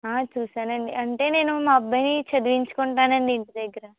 చూసాను అండి అంటే నేను మా అబ్బాయిని చదివించుకుంటాను అండి ఇంటి దగ్గర